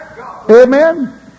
Amen